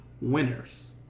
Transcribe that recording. winners